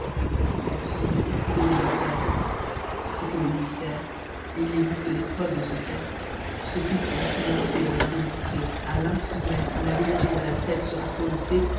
femb e éprouver des lenteurs c'eft que le minillèrc il exifte des preuves de ce fait s'occupe en a des moyens de montrer à l'infant meme ou l'abolition de la traite fera prononcée